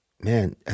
man